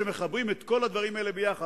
כשמחברים את כל הדברים האלה ביחד,